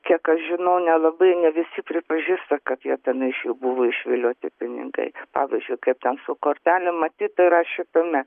kiek aš žinau nelabai ne visi pripažįsta kad jie ten iš jų buvo išvilioti pinigai pavyzdžiui kaip ten su kortelėm matyt yra šitame